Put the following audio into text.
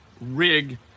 rig